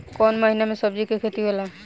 कोउन महीना में सब्जि के खेती होला?